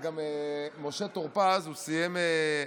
משה טור פז סיים לפניי.